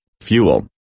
fuel